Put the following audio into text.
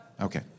Okay